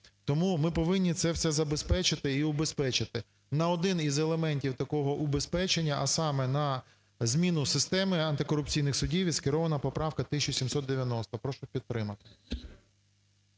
Тому ми повинні це все забезпечити і убезпечити. На один із елементів такого убезпечення, а саме на зміну системи антикорупційних судів, і скерована поправка 1790. Прошу підтримати.